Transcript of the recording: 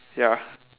ya